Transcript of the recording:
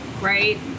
Right